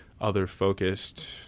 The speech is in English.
other-focused